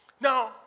Now